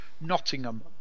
Nottingham